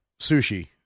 sushi